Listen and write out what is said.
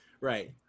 Right